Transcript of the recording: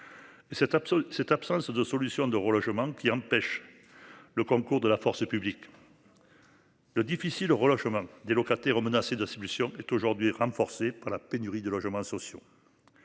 cette absence de solution de relogement qui empêche. Le concours de la force publique. Le difficile au relogement des locataires menacés d'institutions est aujourd'hui renforcée par la pénurie de logements sociaux.